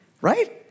right